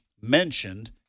mentioned